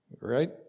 right